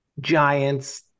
giants